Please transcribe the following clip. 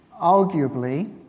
Arguably